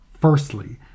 Firstly